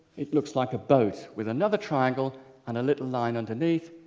it looks like a boat with another triangle and a little line underneath.